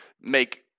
make